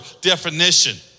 definition